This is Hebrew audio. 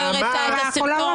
לא הראתה את הסרטון.